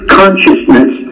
consciousness